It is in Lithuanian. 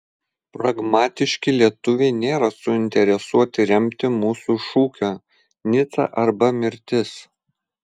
pragmatiški lietuviai nėra suinteresuoti remti mūsų šūkio nica arba mirtis